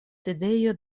sidejo